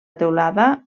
teulada